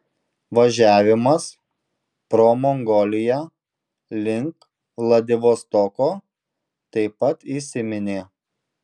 važiavimas pro mongoliją link vladivostoko taip pat įsiminė